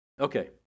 okay